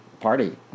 Party